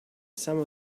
some